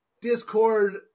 Discord